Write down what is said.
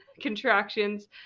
contractions